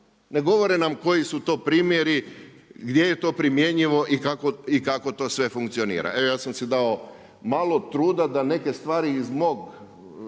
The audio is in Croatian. Ne govore nam koji su to primjeri, gdje je to primjenjivo i kako to sve funkcionira. Evo ja sam si dao malo truda da neke stvari iz mog